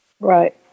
Right